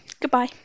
goodbye